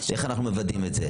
איך אנחנו מוודאים את זה.